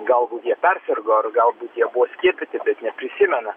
galbūt jie persirgo ar galbūt jie buvo skiepyti bet neprisimena